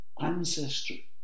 ancestry